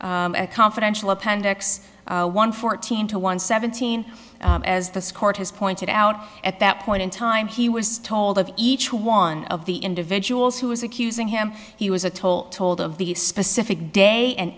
fourteen a confidential appendix one fourteen to one seventeen as the court has pointed out at that point in time he was told of each one of the individuals who was accusing him he was a toll told of the specific day an